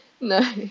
No